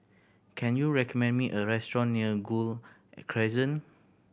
can you recommend me a restaurant near Gul Crescent